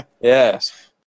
Yes